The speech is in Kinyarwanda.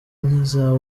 nk’iza